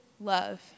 love